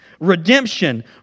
Redemption